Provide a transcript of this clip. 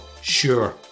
sure